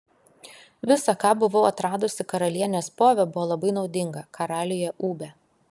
visa ką buvau atradusi karalienės pove buvo labai naudinga karaliuje ūbe